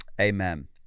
Amen